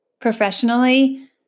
professionally